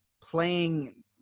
playing